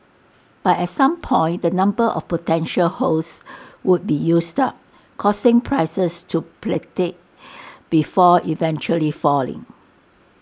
but at some point the number of potential hosts would be used up causing prices to plateau before eventually falling